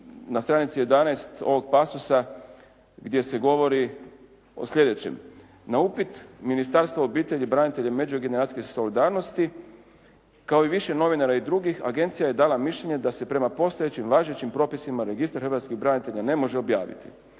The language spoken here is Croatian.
na stranici 11 ovog pasusa gdje se govori o sljedećem. Na upit Ministarstva obitelji, branitelja i međugeneracijske solidarnosti kao i više novinara i drugih agencija je dala mišljenje da se prema postojećim važećim propisima registar hrvatskih branitelja ne može objaviti.